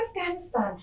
Afghanistan